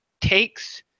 takes